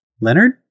leonard